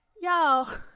y'all